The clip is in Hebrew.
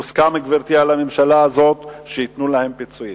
הוסכם, גברתי, על הממשלה הזאת שייתנו להם פיצויים.